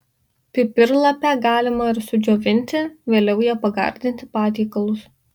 pipirlapę galima ir sudžiovinti vėliau ja pagardinti patiekalus